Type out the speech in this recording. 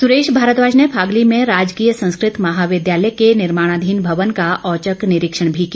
सुरेश भारद्वाज ने फागली में राजकीय संस्कृत महाविद्यालय के निर्माणाधीन भवन का औचक निरीक्षण भी किया